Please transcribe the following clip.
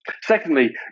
Secondly